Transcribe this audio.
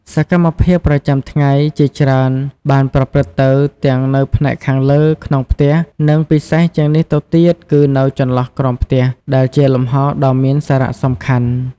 សកម្មភាពប្រចាំថ្ងៃជាច្រើនបានប្រព្រឹត្តទៅទាំងនៅផ្នែកខាងលើ ក្នុងផ្ទះ និងពិសេសជាងនេះទៅទៀត គឺនៅ ចន្លោះក្រោមផ្ទះ ដែលជាលំហដ៏មានសារៈសំខាន់ ។